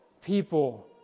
people